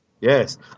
Yes